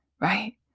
right